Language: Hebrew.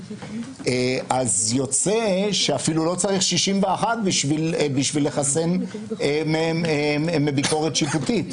אז יוצא שאפילו לא צריך 61 בשביל לחסן ביקורת שיפוטית.